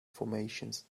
formations